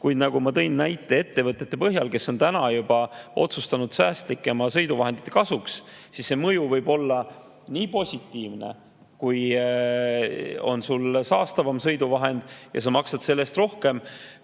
Kuid ma tõin näite ettevõtete põhjal, kes on juba otsustanud säästlikumate sõiduvahendite kasuks. Mõju võib olla nii [negatiivne], kui on sul saastavam sõiduvahend ja sa maksad selle eest rohkem,